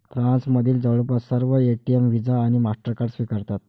फ्रान्समधील जवळपास सर्व एटीएम व्हिसा आणि मास्टरकार्ड स्वीकारतात